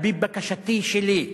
על-פי בקשתי שלי,